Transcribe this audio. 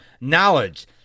knowledge